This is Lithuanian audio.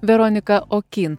veronika okyn